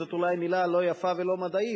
זאת אולי מלה לא יפה ולא מדעית,